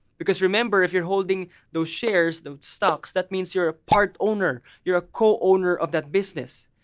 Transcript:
because remember if you're holding those shares, the stocks, that means you're a part owner, you're a co-owner of that business.